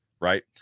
right